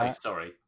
sorry